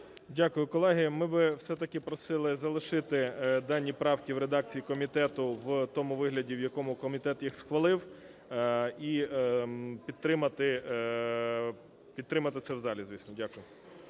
Дякую, колеги. Ми би все-таки просили залишити дані правки в редакції комітету, в тому вигляді, в якому комітет їх схвалив, і підтримати це в залі, звісно. Дякую.